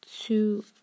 two